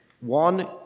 one